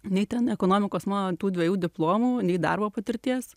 nei ten ekonomikos mano tų dviejų diplomų nei darbo patirties